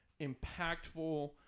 impactful